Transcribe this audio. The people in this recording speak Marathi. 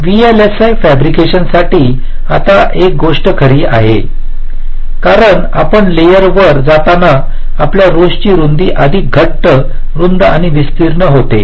व्हीएलएसआय फॅब्रिकेशन्ससाठी आता एक गोष्ट खरी आहे कारण आपण लेयर वर जाताना आपल्या रोजची रुंदी अधिक घट्ट रुंद आणि विस्तीर्ण होते